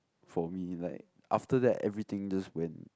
for me like after that everything just went